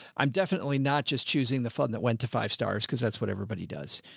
i'm definitely not just choosing the fund that went to five stars because that's what everybody does.